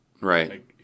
Right